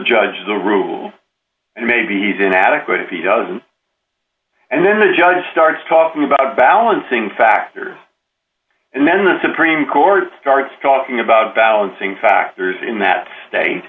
judge the rule and maybe he's inadequate if he doesn't and then the judge starts talking about balancing factor and then the supreme court starts talking about balancing factors in that state